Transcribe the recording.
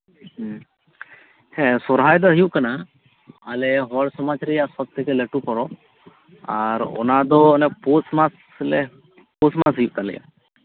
ᱦᱮᱸ ᱦᱮᱸ ᱥᱚᱨᱦᱟᱭ ᱫᱚ ᱦᱩᱭᱩᱜ ᱠᱟᱱᱟ ᱟᱞᱮ ᱦᱚᱲ ᱥᱚᱢᱟᱡᱽ ᱨᱮᱭᱟᱜ ᱥᱚᱵ ᱛᱷᱮᱠᱮ ᱞᱟᱹᱴᱩ ᱯᱚᱨᱚᱵᱽ ᱟᱨ ᱚᱱᱟ ᱫᱚ ᱚᱱᱮ ᱯᱳᱥᱢᱟᱥ ᱟᱞᱮ ᱯᱳᱥᱢᱟᱥ ᱦᱩᱭᱩᱜ ᱛᱟᱞᱮᱭᱟ